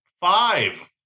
Five